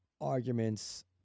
arguments